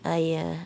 !aiya!